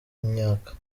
imyaka